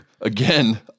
again